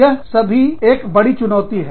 यह सभी एक बड़ी चुनौती है